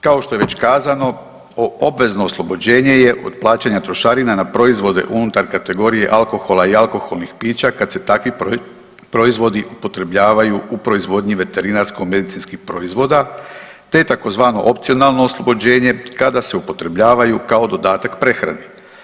Kao što je već kazano obvezno oslobođenje je od plaćanja trošarina na proizvode unutar kategorije alkohola i alkoholnih pića kad se takvi proizvodi upotrebljavaju u proizvodnji veterinarsko medicinskih proizvoda, te tzv. opcionalno oslobođene kada se upotrebljavaju kao dodatak prehrani.